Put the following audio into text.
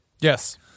Yes